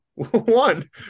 one